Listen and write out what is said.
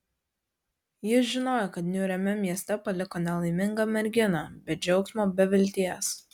jis žinojo kad niūriame mieste paliko nelaimingą merginą be džiaugsmo be vilties